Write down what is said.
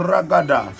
Ragada